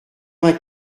vingt